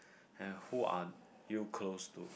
and who are you close to